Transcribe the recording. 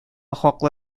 хаклы